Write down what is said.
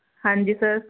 ਹਾਂਜੀ ਸਰ